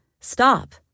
Stop